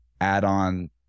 add-on